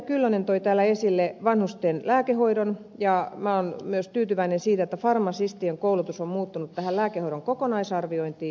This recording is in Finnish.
kyllönen toi täällä esille vanhusten lääkehoidon ja minä olen myös tyytyväinen siitä että farmasistien koulutukseen sisältyy nykyään lääkehoidon kokonaisarviointi